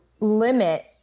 limit